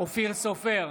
אופיר סופר,